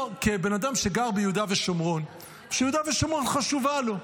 כבן אדם שגר ביהודה ושומרון ושיהודה ושומרון חשובה לו,